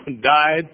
died